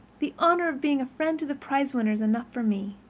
the honor of being a friend of the prizewinner is enough for me.